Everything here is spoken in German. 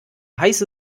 heiße